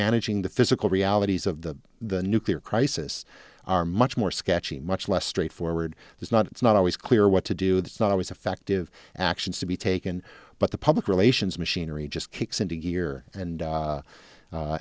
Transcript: managing the physical realities of the the nuclear crisis are much more sketchy much less straightforward there's not it's not always clear what to do it's not always effective actions to be taken but the public relations machinery just kicks into gear and